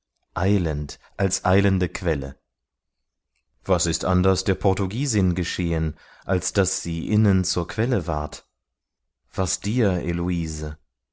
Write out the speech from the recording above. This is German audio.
eilend als eilende quelle was ist anderes der portugiesin geschehen als daß sie innen zur quelle ward was dir helose